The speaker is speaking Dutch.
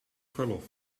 verlof